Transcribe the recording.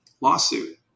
lawsuit